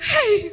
Hey